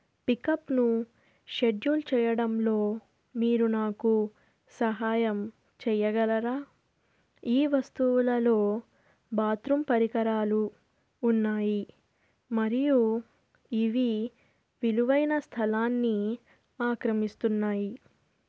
పికప్ను schedule చేయడంలో మీరు నాకు సహాయం చెయ్యగలరా ఈ వస్తువులలో బాత్రూమ్ పరికరాలు ఉన్నాయి మరియు ఇవి విలువైన స్థలాన్ని ఆక్రమిస్తున్నాయి